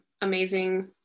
amazing